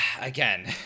again